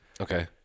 Okay